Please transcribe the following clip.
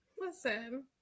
Listen